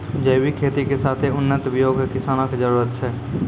जैविक खेती के साथे उन्नत बीयो के किसानो के जरुरत छै